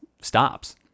stops